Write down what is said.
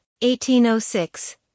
1806